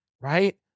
Right